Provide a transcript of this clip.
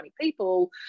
people